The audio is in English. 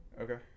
Okay